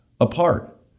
apart